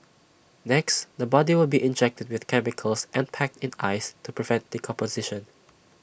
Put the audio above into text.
next the body will be injected with chemicals and packed in ice to prevent decomposition